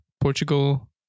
Portugal